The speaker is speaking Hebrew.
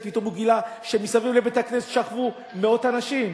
פתאום הוא גילה שמסביב לבית-הכנסת שכבו מאות אנשים